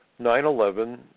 9-11